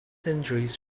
injuries